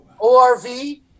ORV